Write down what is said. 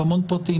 המון פרטים,